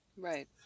right